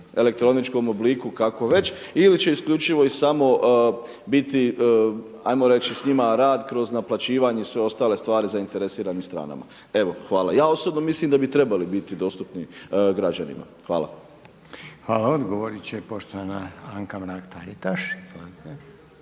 elektroničkom obliku kako već ili će isključivo i samo biti ajmo reći s njima rad kroz naplaćivanje i sve ostale stvari zainteresiranih stranama. Evo hvala. Ja osobno mislim da bi trebali biti dostupni građanima. Hvala. **Reiner, Željko (HDZ)** Hvala. Odgovorit će poštovana Anka Mrak-Taritaš.